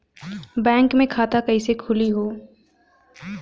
Bank मे खाता कईसे खुली हो?